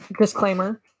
disclaimer